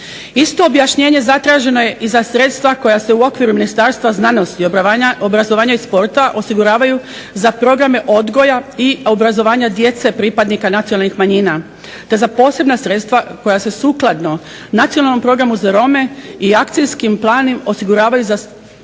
Isto objašnjenje zatraženo je i za sredstva koja se u okviru Ministarstva znanosti, obrazovanja i sporta osiguravaju za programe odgoja i obrazovanja djece pripadnika nacionalnih manjina, te za posebna sredstva koja se sukladno Nacionalnom programu za Rome i akcijskim planom osiguravaju za